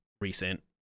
recent